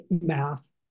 math